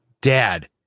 Dad